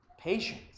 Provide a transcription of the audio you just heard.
patience